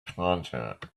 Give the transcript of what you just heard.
content